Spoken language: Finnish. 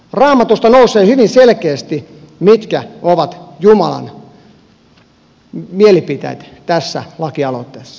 raamatusta nousee hyvin selkeästi mitkä ovat jumalan mielipiteet tässä lakialoitteessa